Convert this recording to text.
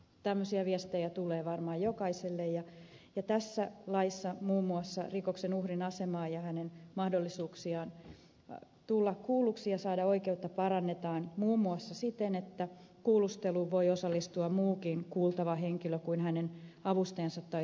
tämmöisiä viestejä tulee varmaan jokaiselle ja tässä laissa muun muassa rikoksen uhrin asemaa ja hänen mahdollisuuksiaan tulla kuulluksi ja saada oikeutta parannetaan muun muassa siten että kuulusteluun voi osallistua muukin kuultava henkilö kuin hänen avustajansa tai tukihenkilönsä